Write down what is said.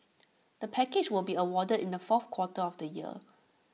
the package will be awarded in the fourth quarter of the year